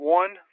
one